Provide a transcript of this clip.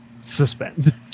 suspend